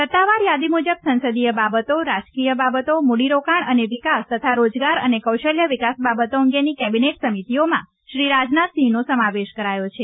સત્તાવાર યાદી મુજબ સંસદીય બાબતો રાજકીય બાબતો મૂડીરોકાણ અને વિકાસ તથા રોજગાર અને કૌશલ્ય વિકાસ બાબતો અંગેની કેબિનેટ સમિતિઓમાં શ્રી રાજનાથસિંહનો સમાવેશ કરાયો છે